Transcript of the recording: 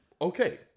Okay